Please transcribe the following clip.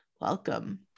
Welcome